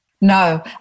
No